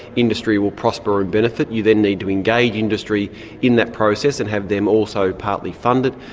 industry will prosper and benefit. you then need to engage industry in that process and have them also partly funded.